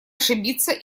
ошибиться